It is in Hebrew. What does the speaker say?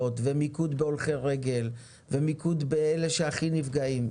ומיקוד בהולכי רגל ומיקוד באלה שהכי נפגעים,